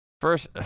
First